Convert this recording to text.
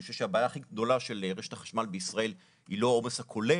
אני חושב שהבעיה הכי גדולה של רשת החשמל בישראל היא לא העומס הכולל,